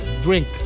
drink